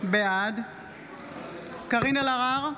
בעד קארין אלהרר,